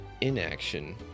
inaction